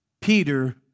Peter